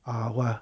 ah !wah!